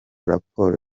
raporo